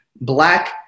black